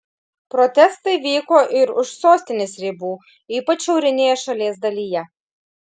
protestai vyko ir už sostinės ribų ypač šiaurinėje šalies dalyje